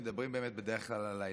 מדברים בדרך כלל על העליון,